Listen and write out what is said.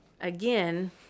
again